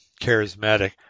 charismatic